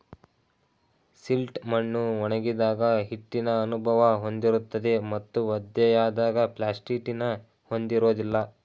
silt ಮಣ್ಣು ಒಣಗಿದಾಗ ಹಿಟ್ಟಿನ ಅನುಭವ ಹೊಂದಿರುತ್ತದೆ ಮತ್ತು ಒದ್ದೆಯಾದಾಗ ಪ್ಲಾಸ್ಟಿಟಿನ ಹೊಂದಿರೋದಿಲ್ಲ